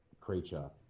creature